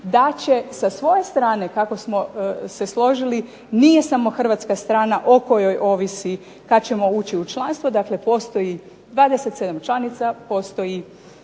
da ćemo i sa svoje strane kako smo se složili, nije samo Hrvatska strana o kojoj ovisi kada ćemo ući u članstvo, dakle postoji 27 članica, postoji